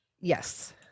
yes